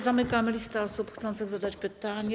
Zamykam listę osób chcących zadać pytanie.